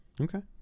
okay